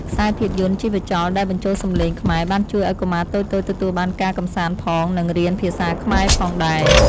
ខ្សែភាពយន្តជីវចលដែលបញ្ចូលសំឡេងខ្មែរបានជួយឱ្យកុមារតូចៗទទួលបានការកម្សាន្តផង និងរៀនភាសាខ្មែរផងដែរ។